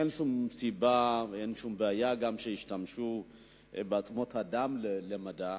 אין שום סיבה ואין שום בעיה גם שישתמשו בעצמות אדם למדע.